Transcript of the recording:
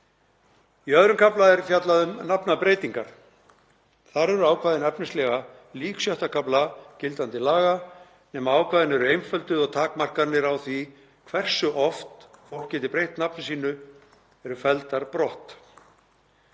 Í II. kafla er fjallað um nafnbreytingar. Þar eru ákvæðin efnislega lík VI. kafla gildandi laga nema ákvæðin eru einfölduð og takmarkanir á því hversu oft fólk geti breytt nafni sínu eru felldar brott.